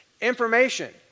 Information